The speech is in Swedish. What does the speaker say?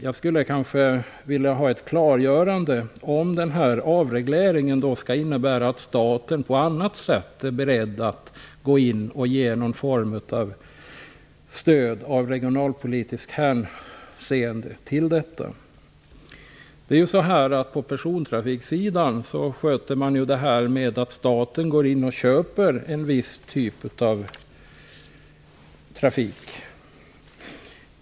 Jag skulle vilja ha ett klargörande om avregleringen skall innebära att staten här är beredd att på annat sätt gå in och ge någon form av regionalpolitiskt stöd. På persontrafiksidan sköts detta genom att staten går in och köper en viss typ av trafik.